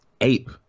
ape